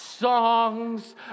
Songs